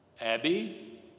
Abby